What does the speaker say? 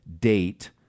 date